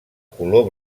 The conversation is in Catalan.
color